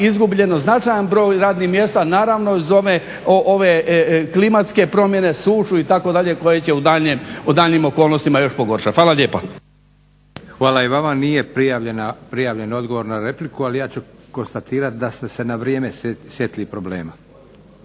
izgubljen značajan broj radnih mjesta, naravno uz ove klimatske promjene, sušu itd. koje će u daljnjim okolnostima još pogoršati. Hvala lijepa. **Leko, Josip (SDP)** Hvala i vama. Nije prijavljen odgovor na repliku, ali ja ću konstatirati da ste se na vrijeme sjetili problema.